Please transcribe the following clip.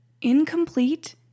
incomplete